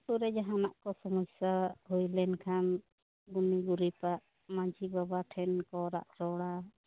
ᱟᱛᱳᱨᱮ ᱡᱟᱦᱟᱸᱱᱟᱜ ᱠᱚ ᱥᱚᱢᱚᱥᱥᱟ ᱦᱩᱭ ᱞᱮᱱ ᱠᱷᱟᱱ ᱜᱩᱱᱤ ᱜᱩᱨᱤᱯᱟᱜ ᱢᱟᱺᱡᱷᱤ ᱵᱟᱵᱟ ᱴᱷᱮᱱ ᱠᱚ ᱨᱟᱜ ᱨᱚᱲᱟ